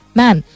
man